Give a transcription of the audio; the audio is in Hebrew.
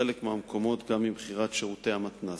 בחלק מהמקומות גם עם בחירת שירותי המתנ"ס.